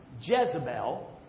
Jezebel